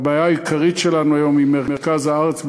והבעיה העיקרית שלנו היום היא מרכז הארץ,